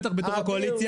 בטח בתוך הקואליציה,